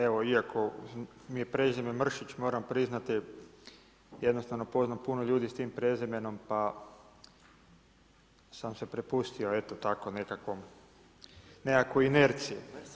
Evo iako mi je prezime Mršić moram priznati jednostavno poznam puno ljudi s tim prezimenom pa sam se prepustio eto tako nekakvoj inerciji.